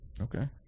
Okay